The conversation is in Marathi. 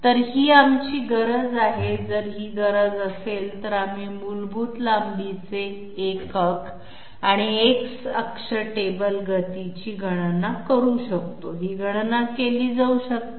तर ही आमची गरज आहे जर ही गरज असेल तर आम्ही मूलभूत लांबीचे एकक आणि X अक्ष टेबल गतीची गणना करू शकतो ही गणना केली जाऊ शकते